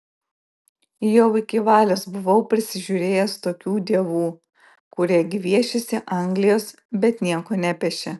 jau iki valios buvau prisižiūrėjęs tokių dievų kurie gviešėsi anglijos bet nieko nepešė